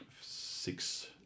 six